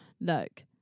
look